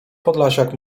podlasiak